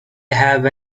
have